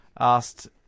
asked